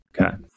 Okay